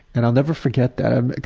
and i'll never forget that, ah